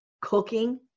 cooking